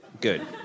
Good